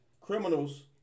criminals